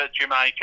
Jamaica